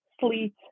sleet